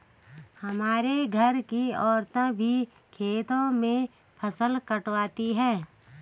हमारे घर की औरतें भी खेतों में फसल कटवाती हैं